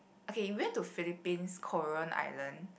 okay we went to Philippines Coron Island